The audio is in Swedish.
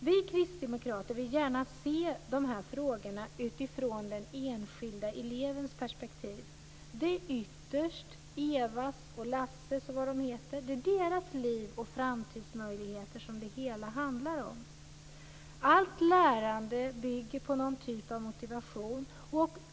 Vi kristdemokrater vill gärna se frågorna från den enskilde elevens perspektiv. Det är ytterst Evas och Lasses liv och framtidsmöjligheter det hela handlar om. Allt lärande bygger på någon typ av motivation.